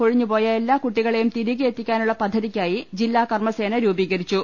കൊഴിഞ്ഞു പോയ എല്ലാ കുട്ടികളെയും തിരികെയെത്തിക്കാനുളള പദ്ധതിക്കായി ജില്ലാ കർമ്മസേന രൂപീകരിച്ചു